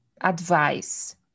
advice